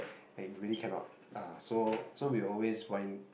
and really can not uh so so we always wind